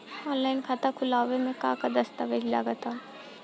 Online खाता खूलावे म का का दस्तावेज लगा ता?